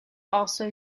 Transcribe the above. also